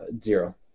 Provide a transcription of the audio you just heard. zero